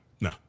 No